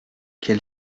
quel